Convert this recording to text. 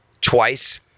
twice